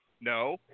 no